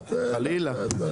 רק אין להם אינטרס לפתור,